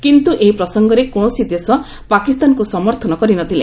କିନ୍ତୁ ଏହି ପ୍ରସଙ୍ଗରେ କୌଣସି ଦେଶ' ପାକିସ୍ତାନକୁ ସମର୍ଥନ କରି ନ ଥିଲେ